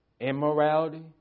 Immorality